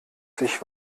sich